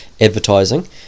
advertising